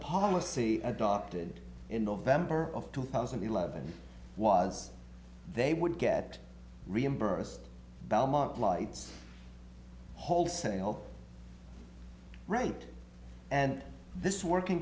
policy adopted in november of two thousand and eleven was they would get reimbursed belmont lights wholesale right and this working